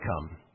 come